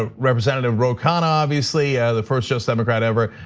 ah representative roe conn obviously, the first just democrat, ever,